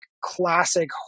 classic